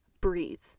Breathe